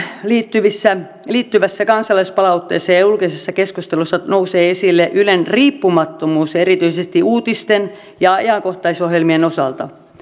usein yleen liittyvässä kansalaispalautteessa ja julkisessa keskustelussa nousee esille ylen riippumattomuus erityisesti uutisten ja ajankohtaisohjelmien osalta